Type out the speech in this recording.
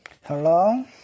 Hello